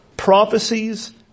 prophecies